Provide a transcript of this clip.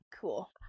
cool